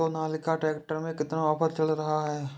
Sonalika tractor में कितना offer चल रहा है?